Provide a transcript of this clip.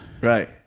Right